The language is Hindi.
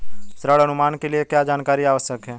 ऋण अनुमान के लिए क्या जानकारी आवश्यक है?